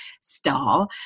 star